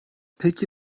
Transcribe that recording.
peki